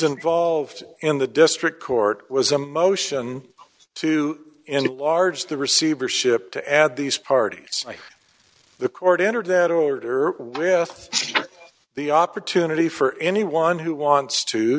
involved in the district court was a motion to enlarge the receivership to add these parties the court entered that order with the opportunity for anyone who wants to